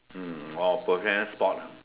mm oh professional sport ah